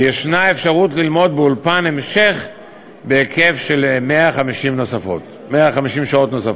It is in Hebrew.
ויש אפשרות ללמוד באולפן המשך בהיקף של 150 שעות נוספות.